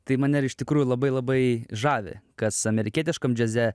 tai mane ir iš tikrųjų labai labai žavi kas amerikietiškam džiaze